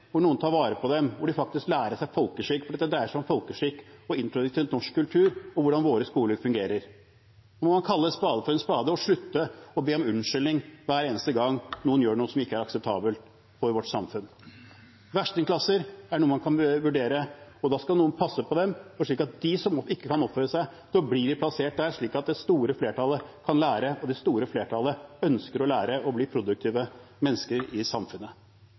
hvor noen tar vare på dem, hvor de faktisk lærer seg folkeskikk, for dette dreier seg om folkeskikk og innføring i norsk kultur og hvordan våre skoler fungerer. Man må kalle en spade for en spade og slutte å be om unnskyldning hver eneste gang noen gjør noe som ikke er akseptabelt i vårt samfunn. Verstingklasser er noe man kan vurdere. Da må noen passe på dem, og de som ikke kan oppføre seg, blir plassert der, slik at det store flertallet kan lære. Det store flertallet ønsker å lære og bli produktive mennesker i samfunnet.